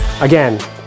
Again